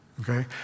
okay